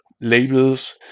labels